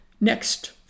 Next